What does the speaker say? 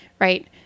right